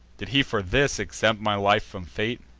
did he for this exempt my life from fate?